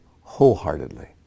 wholeheartedly